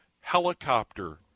helicopter